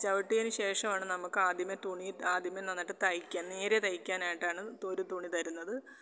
ചവിട്ടിയതിന് ശേഷമാണ് നമുക്ക് അദ്യമേ തുണി ആദ്യമേ നന്നായിട്ട് തയ്ക്കാൻ നേരെ തയ്ക്കാനായിട്ടാണ് ഒരു തുണി തരുന്നത്